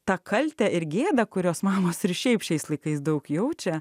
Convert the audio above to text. tą kaltę ir gėdą kurios mamos ir šiaip šiais laikais daug jaučia